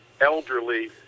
elderly